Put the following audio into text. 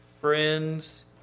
friends